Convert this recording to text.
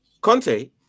Conte